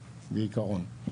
בעיקרון,